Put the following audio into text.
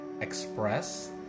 express